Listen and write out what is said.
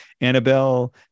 Annabelle